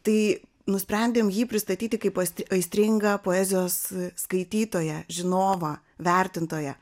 tai nusprendėm jį pristatyti kaip aistringą poezijos skaitytoją žinovą vertintoją